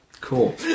Cool